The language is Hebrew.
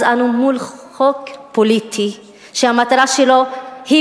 אז אנחנו מול חוק פוליטי שהמטרה שלו היא